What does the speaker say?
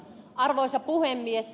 arvoisa puhemies